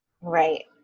right